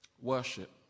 Worship